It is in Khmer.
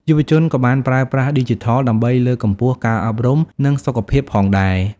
យុវជនក៏បានប្រើប្រាស់ឌីជីថលដើម្បីលើកកម្ពស់ការអប់រំនិងសុខភាពផងដែរ។